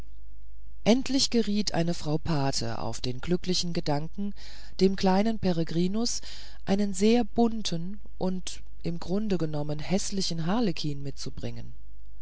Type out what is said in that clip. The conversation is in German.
endlich geriet eine frau pate auf den glücklichen gedanken dem kleinen peregrinus einen sehr bunten und im grunde genommen häßlichen harlekin mitzubringen